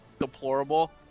deplorable